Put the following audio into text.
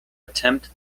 attempt